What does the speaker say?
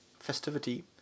Festivity